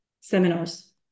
seminars